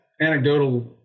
anecdotal